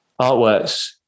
artworks